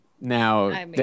Now